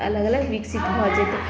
अलग अलग विकसित भऽ जेतै